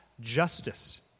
justice